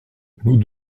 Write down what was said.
nous